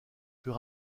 plus